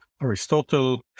Aristotle